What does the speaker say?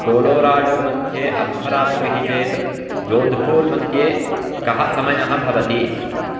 कोलोराडोमध्ये अर्धरात्रिः चेत् जोधपुरमध्ये कः समयः भवति